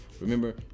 remember